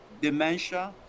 dementia